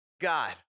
God